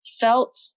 felt